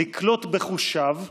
לקלוט בחושיו,